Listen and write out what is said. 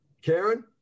Karen